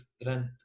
strength